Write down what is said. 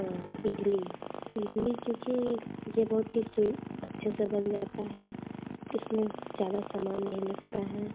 इडली इडली क्योंकि यह बहुत ही अच्छा सा बन जाता है इस में ज़्यादा समान नहीं लगता है